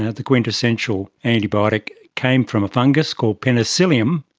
ah the quintessential antibiotic, came from a fungus called penicillium,